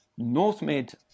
Northmid